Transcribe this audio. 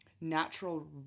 natural